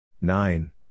Nine